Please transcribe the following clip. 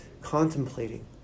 contemplating